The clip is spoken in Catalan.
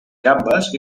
gambes